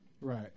Right